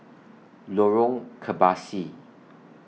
Lorong Kebasi